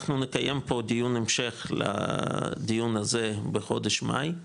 אנחנו נקיים פה דיון המשך לדיון הזה, בחודש מאי.